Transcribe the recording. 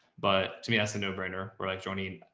but to me that's a no brainer where like joanie,